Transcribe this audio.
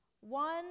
one